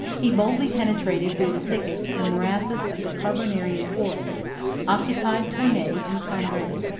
he boldly penetrated through the thickets and morasses of the carbonarian forest occupied tournay and cambray,